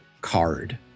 card